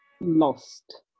lost